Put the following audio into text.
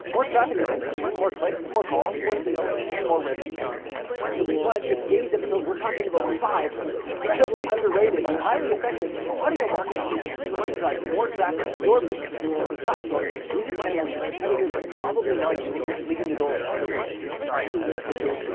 more traffic tends to mean more clicks, more calls, more sales, and more revenue for your business. which is why on today's episode, we're talking about five incredibly underrated and highly effective audio marketing channels so you can drive more traffic to your business. as a side bonus, these are channels your competitors are probably not using yet, leaving the door wide open for you. alright, let's get to em.